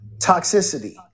toxicity